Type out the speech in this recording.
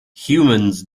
humans